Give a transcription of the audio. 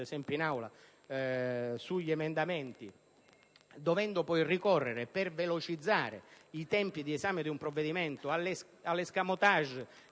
le votazioni sugli emendamenti, dovendo poi ricorrere, per velocizzare i tempi di esame di un provvedimento, all'*escamotage*di